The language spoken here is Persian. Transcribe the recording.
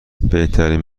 بهترین